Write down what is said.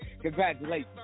Congratulations